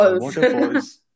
Waterfalls